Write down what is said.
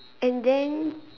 and then